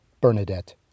Bernadette